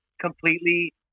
completely